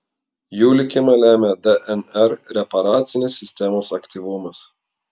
jų likimą lemia dnr reparacinės sistemos aktyvumas